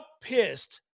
pissed